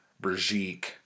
Brigitte